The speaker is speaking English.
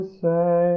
say